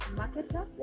marketer